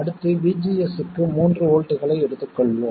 அடுத்து VGS க்கு மூன்று வோல்ட்களை எடுத்துக் கொள்வோம்